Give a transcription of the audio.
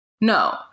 no